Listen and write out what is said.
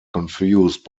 confused